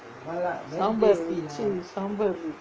சாம்பார் வச்சு:saambar vachu